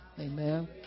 Amen